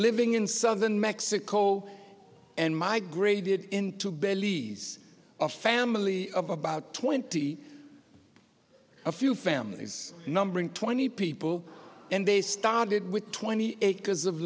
living in southern mexico and migrated into belize a family of about twenty a few families numbering twenty people and they started with twenty acres of